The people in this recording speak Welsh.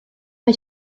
mae